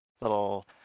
little